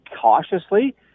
cautiously